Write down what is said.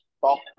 talk